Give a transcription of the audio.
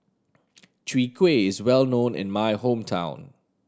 Chwee Kueh is well known in my hometown